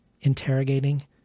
interrogating